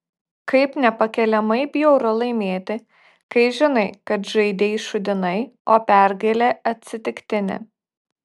kaip nepakeliamai bjauru laimėti kai žinai kad žaidei šūdinai o pergalė atsitiktinė